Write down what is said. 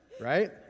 right